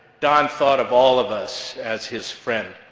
don thought of all of us as his friends.